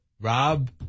Rob